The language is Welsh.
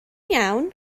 iawn